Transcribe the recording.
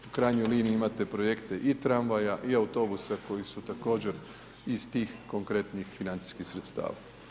U krajnjoj liniji imate projekte i tramvaja i autobusa koji su također iz tih konkretnih financijskih sredstava.